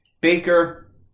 Baker